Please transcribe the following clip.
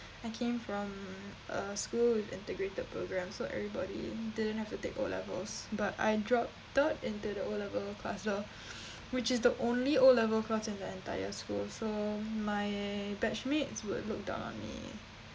I came from a school with integrated program so everybody didn't have to take o-levels but I drop through into the o-level class though which is the only o-level class in the entire school so my batch mates would look down on me